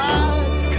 God's